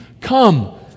Come